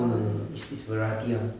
no no no is is variety [one]